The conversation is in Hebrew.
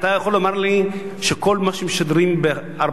אתה יכול לומר לי שכל מה שמשדרים ב-400